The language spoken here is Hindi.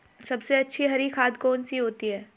सबसे अच्छी हरी खाद कौन सी होती है?